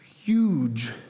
huge